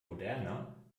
moderner